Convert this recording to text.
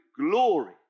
glory